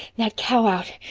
that cow. out.